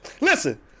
listen